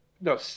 No